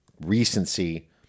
Recency